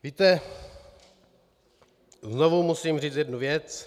Víte, znovu musím říct jednu věc.